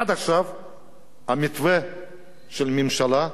עד עכשיו המתווה של הממשלה,